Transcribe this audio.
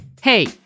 Hey